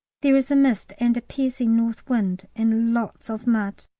there is a mist and a piercing north wind, and lots of mud.